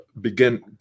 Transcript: begin